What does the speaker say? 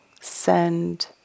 send